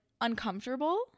uncomfortable